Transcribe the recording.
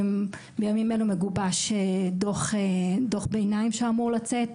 בימים אלה מגובש דוח ביניים שאמור לצאת,